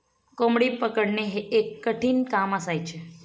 कोंबडी पकडणे हे एक कठीण काम असायचे